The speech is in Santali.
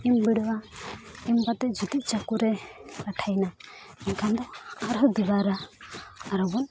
ᱮᱢ ᱵᱷᱤᱲᱟᱹᱣᱟ ᱤᱢ ᱠᱟᱛᱮᱫ ᱡᱩᱫᱤ ᱪᱟᱹᱠᱩ ᱨᱮ ᱞᱟᱴᱷᱟᱭᱮᱱᱟ ᱮᱱᱠᱷᱟᱱ ᱫᱚ ᱟᱨᱦᱚᱸ ᱫᱩᱵᱟᱨᱟ ᱟᱨᱦᱚᱸ ᱵᱚᱱ